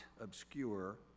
obscure